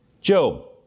Job